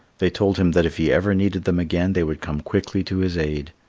they told him that if he ever needed them again they would come quickly to his aid.